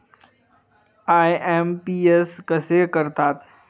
IMPS कसे करतात?